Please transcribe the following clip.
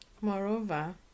Moreover